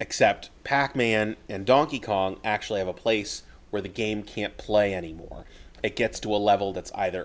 except pac man and donkey kong actually have a place where the game can't play anymore it gets to a level that's either